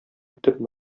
итеп